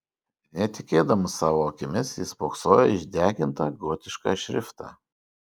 netikėdamas savo akimis jis spoksojo į išdegintą gotišką šriftą